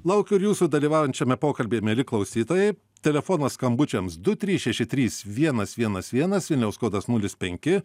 laukiu ir jūsų dalyvaujant šiame pokalbyje mieli klausytojai telefonas skambučiams du trys šeši trys vienas vienas vienas vilniaus kodas nulis penki